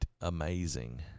amazing